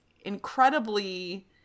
incredibly